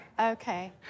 Okay